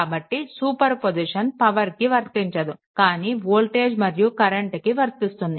కాబట్టి superposition పవర్కి వర్తించదు కానీ వోల్టేజ్ మరియు కరెంట్కి వర్తిస్తుంది